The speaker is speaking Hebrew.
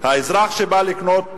אזרח שבא לקנות בשוק,